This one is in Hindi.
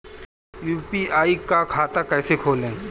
यू.पी.आई का खाता कैसे खोलें?